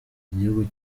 igihugu